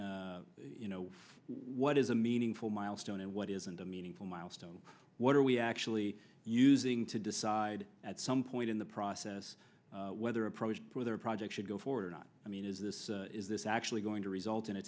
development what is a meaningful milestone and what isn't a meaningful milestone what are we actually using to decide at some point in the process whether approach for a project should go forward or not i mean is this is this actually going to result in a